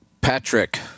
Patrick